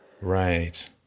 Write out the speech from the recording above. Right